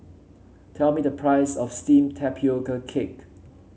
tell me the price of steamed Tapioca Cake